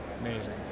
Amazing